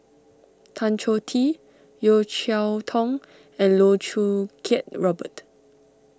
Tan Choh Tee Yeo Cheow Tong and Loh Choo Kiat Robert